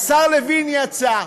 השר לוין יצא.